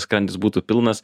skrandis būtų pilnas